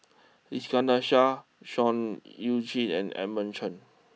Iskandar Shah Seah Eu Chin and Edmund Chen